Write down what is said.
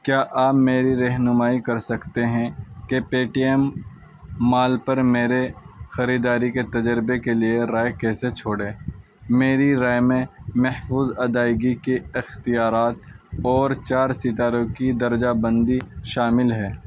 کیا آپ میری رہنمائی کر سکتے ہیں کہ پے ٹی ایم مال پر میرے خریداری کے تجربے کے لیے رائے کیسے چھوڑیں میری رائے میں محفوظ ادائیگی کے اختیارات اور چار ستاروں کی درجہ بندی شامل ہے